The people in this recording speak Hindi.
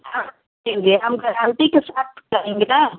देंगे हम गरांटी के साथ करेंगे ना